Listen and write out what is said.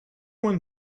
one